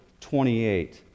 28